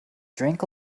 drink